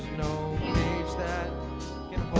no page that